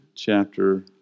chapter